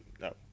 No